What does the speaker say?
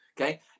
Okay